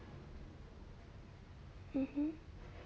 mmhmm